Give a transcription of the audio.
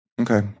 okay